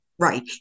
Right